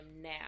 now